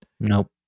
Nope